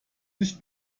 nicht